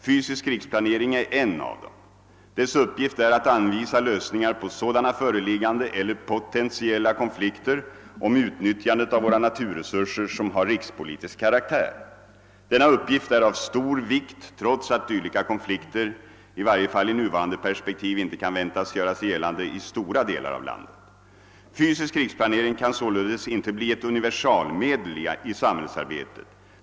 Fysisk riksplanering är en av dem. Dess huvuduppgift är att anvisa lösningar på sådana föreliggande eller potentiella konflikter om utnyttjandet av våra naturresurser som har rikspolitisk karaktär. Denna uppgift är av stor vikt trots att dylika konflikter — i varje fall i nuvarande perspektiv — inte kan väntas göra sig gällande i stora delar av landet. Fysisk riksplanering kan således inte bli ett universalmedel i samhällsarbetet.